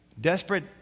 Desperate